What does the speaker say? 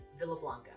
Villablanca